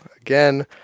again